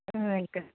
का